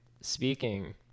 Speaking